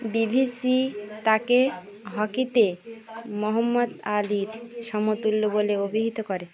BBC তাকে হকিতে Muhammad আলীর সমতুল্য বলে অভিহিত করে